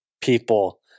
people